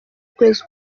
ukwezi